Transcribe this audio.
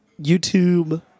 YouTube